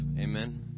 Amen